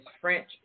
French